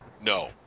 No